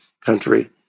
country